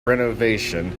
renovation